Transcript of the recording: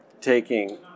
taking